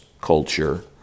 culture